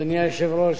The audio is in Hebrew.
אדוני היושב-ראש,